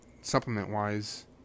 supplement-wise